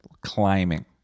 climbing